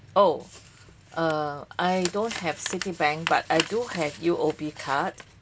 oh err I don't have Citibank but I do have U_O_B card